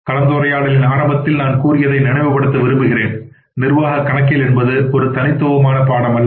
கலந்துரையாடலின் ஆரம்பத்தில் நான் கூறியதை நினைவுபடுத்த விரும்புகிறேன் நிர்வாகக் கணக்கியல் என்பது ஒரு தனித்துவமான பாடம் அல்ல